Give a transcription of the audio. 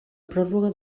pròrroga